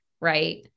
right